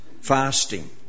fasting